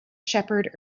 shepherd